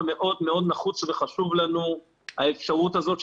מאוד מאוד נחוצה וחשובה לנו האפשרות הזאת,